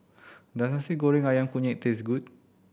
does Nasi Goreng Ayam Kunyit taste good